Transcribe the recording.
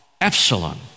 Epsilon